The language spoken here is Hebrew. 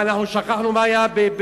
מה, שכחנו מה היה בתימן,